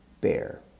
Bear